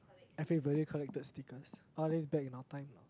everybody collected stickers or at least back in our time lah